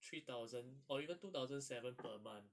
three thousand or even two thousand seven per month